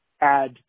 add